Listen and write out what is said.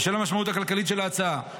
בשל המשמעות הכלכלית של ההצעה,